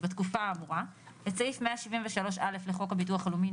בתקופה האמורה את סעיף 173(א) לחוק הביטוח הלאומי ,